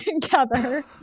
together